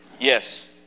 Yes